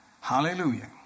Hallelujah